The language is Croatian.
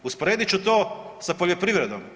Usporedit ću to sa poljoprivredom.